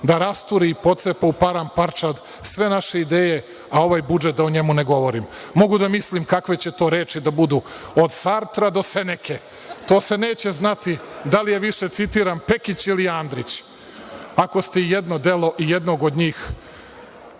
da rasturi i pocepa u paramparčad sve naše ideje, a ovaj budžet da o njemu ne govorimo. Mogu da mislim kakve će to reči da budu od Sartra do Seneke. To se neće znati da li je više citiran Pekić ili Andrić, ako ste ijedno delo ijednog od njih,